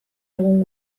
egun